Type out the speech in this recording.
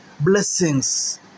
blessings